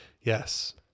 Yes